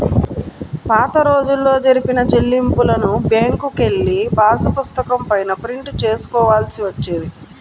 పాతరోజుల్లో జరిపిన చెల్లింపులను బ్యేంకుకెళ్ళి పాసుపుస్తకం పైన ప్రింట్ చేసుకోవాల్సి వచ్చేది